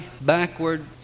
backward